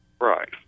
Right